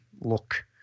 look